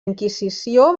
inquisició